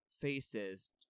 faces